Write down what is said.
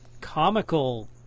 comical